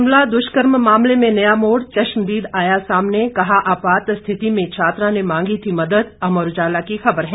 शिमला दुष्कर्म मामले में नया मोड़ चश्मदीद आया सामने कहा आपात स्थिति में छात्रा ने मांगी थी मदद अमर उजाला की खबर है